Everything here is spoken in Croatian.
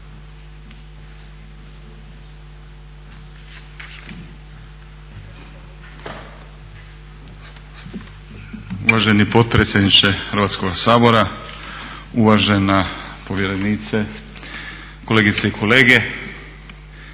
Uvaženi potpredsjedniče Hrvatskoga sabora, uvažena povjerenice, kolegice i kolege.